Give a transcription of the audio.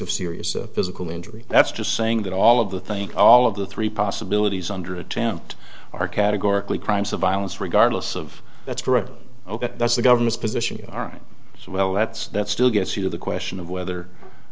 of serious physical injury that's just saying that all of the think all of the three possibilities under attempt are categorically crimes of violence regardless of that's correct ok that's the government's position all right so well that's that's still gets you to the question of whether